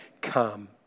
come